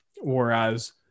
whereas